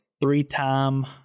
three-time